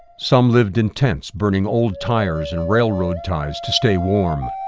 some lived in tents, burning old tires and railroad ties to stay warm.